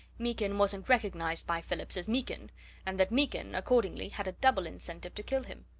meekin wasn't recognized by phillips as meekin and that meekin accordingly had a double incentive to kill him?